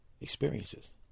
experiences